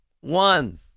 one